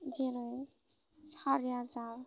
जेरै सारि हाजार